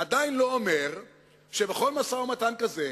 זה עדיין לא אומר שבכל משא-ומתן כזה